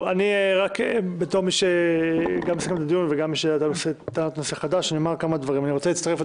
אם אין פה נושא חדש, תביאו את זה